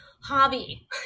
hobby